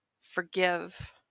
forgive